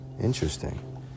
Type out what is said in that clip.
Interesting